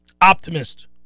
optimist